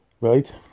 right